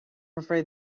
afraid